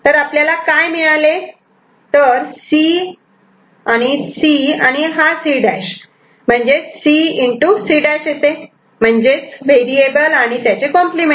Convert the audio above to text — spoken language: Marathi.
आपल्याला काय मिळाले तर C आणि C आणि C' म्हणजेच C C' येते व्हेरिएबल आणि त्याचे कॉम्प्लिमेंट